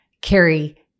Carrie